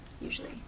usually